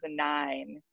2009